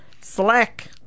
Slack